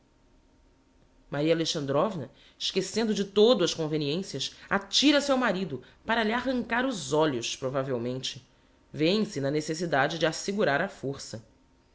geral maria alexandrovna esquecendo de todo as conveniencias atira-se ao marido para lhe arrancar os olhos provavelmente vêem-se na necessidade de a segurar á força